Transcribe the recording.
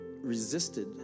resisted